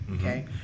okay